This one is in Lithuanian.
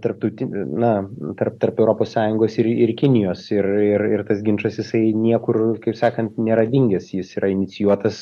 tarptauti na tarp tarp europos sąjungos ir ir kinijos ir ir ir tas ginčas jisai niekur kaip sakant nėra dingęs jis yra inicijuotas